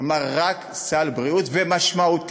הוא אמר: רק סל בריאות משמעותי.